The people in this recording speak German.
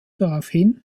daraufhin